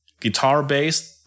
guitar-based